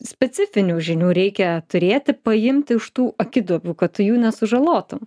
specifinių žinių reikia turėti paimti iš tų akiduobių kad jų nesužalotum